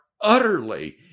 utterly